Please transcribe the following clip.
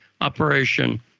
operation